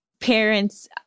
parents